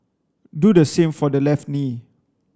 do the same for the left knee